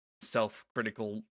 self-critical